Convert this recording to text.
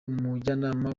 umujyanama